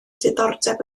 diddordeb